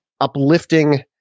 uplifting